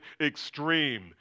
extreme